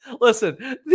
Listen